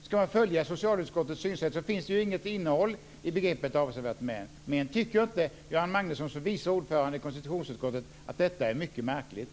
Ska man följa socialutskottets synsätt finns det ju inget innehåll i det begreppet. Tycker inte Göran Magnusson som vice ordförande i konstitutionsutskottet att detta är mycket märkligt?